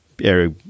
area